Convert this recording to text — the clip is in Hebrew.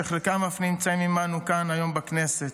שחלקם אף נמצאים עימנו כאן היום בכנסת,